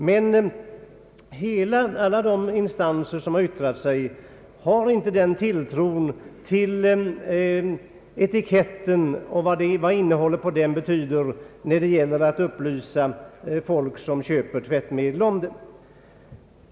Men alla instanser som har yttrat sig har inte den tilltron till etiketten och vad innehållet på den betyder när det gäller att upplysa folk som köper tvättmedel.